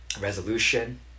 resolution